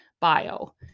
bio